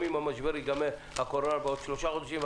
גם אם המשבר ייגמר בעוד שלושה חודשים,